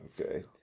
Okay